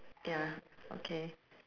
ya okay